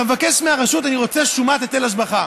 אתה מבקש מהרשות: אני רוצה שומת היטל השבחה.